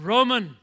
Roman